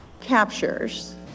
captures